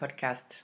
podcast